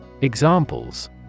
Examples